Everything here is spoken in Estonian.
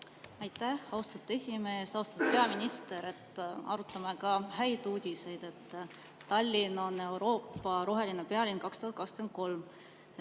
Aitäh, austatud esimees! Austatud peaminister! Arutame ka häid uudiseid. Tallinn on Euroopa roheline pealinn 2023.